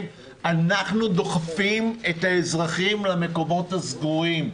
אנחנו דוחפים את האזרחים למקומות הסגורים.